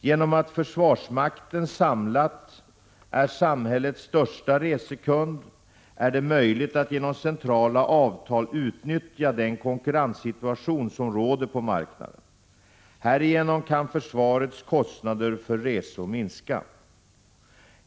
Genom att försvarsmakten samlat är samhällets största resekund är det möjligt att genom centrala avtal utnyttja den konkurrenssituation som råder på marknaden. Härigenom kan försvarets kostnader för resor minska.